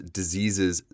diseases